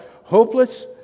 Hopeless